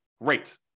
great